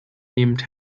nehmend